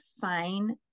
fine